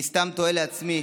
אני סתם תוהה לעצמי,